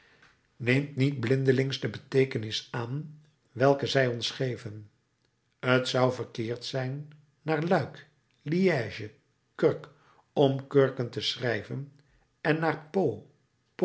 neemt niet blindelings de beteekenis aan welke zij ons geven t zou verkeerd zijn naar luik liege kurk om kurken te schrijven en naar pau